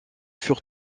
furent